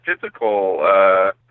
physical